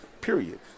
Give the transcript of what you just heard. period